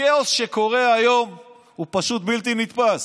הכאוס שקורה היום הוא פשוט בלתי נתפס.